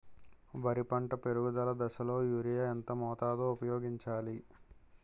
వరి పంట పెరుగుదల దశలో యూరియా ఎంత మోతాదు ఊపయోగించాలి?